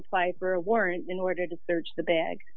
apply for a warrant in order to search the bag